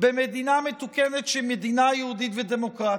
במדינה מתוקנת שהיא מדינה יהודית ודמוקרטית.